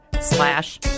slash